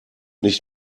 nicht